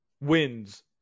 wins